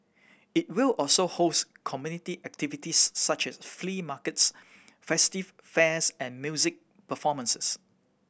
it will also host community activities such as flea markets festive fairs and music performances